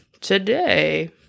today